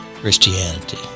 Christianity